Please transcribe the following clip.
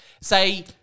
say